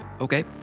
Okay